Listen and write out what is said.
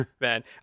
man